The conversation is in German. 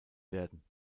werden